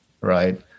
right